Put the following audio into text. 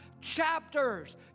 chapters